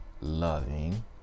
loving